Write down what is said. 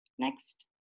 Next